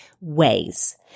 ways